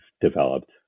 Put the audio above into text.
developed